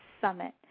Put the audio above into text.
Summit